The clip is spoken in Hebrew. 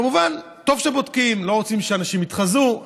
כמובן, טוב שבודקים לא רוצים שאנשים יתחזו.